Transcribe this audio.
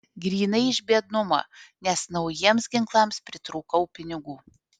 grynai iš biednumo nes naujiems ginklams pritrūkau pinigų